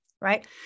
right